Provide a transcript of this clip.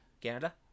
Canada